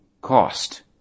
cost